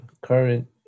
current